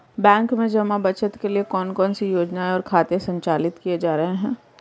बैंकों में जमा बचत के लिए कौन कौन सी योजनाएं और खाते संचालित किए जा रहे हैं?